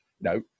No